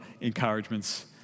encouragements